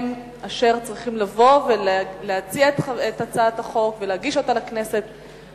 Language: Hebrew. הם אשר צריכים לבוא ולהציע את הצעת החוק ולהגיש אותה לכנסת,